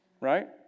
right